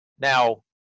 Now